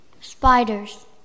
Spiders